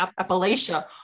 Appalachia